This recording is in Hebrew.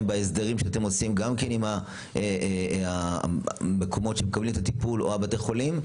בהסדרים שאתם עושים גם עם המקומות שמקבלים את הטיפול או בתי החולים,